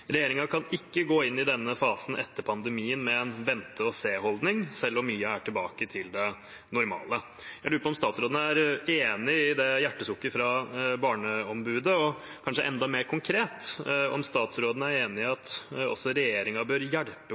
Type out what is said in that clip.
kan ikke gå inn i denne nye fasen etter pandemien med en vente-og-se-holdning, selv om mye er tilbake til det normale.» Er statsråden enig i dette hjertesukket fra Barneombudet? Og, kanskje enda mer konkret, er statsråden enig i at også regjeringen bør hjelpe